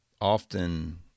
often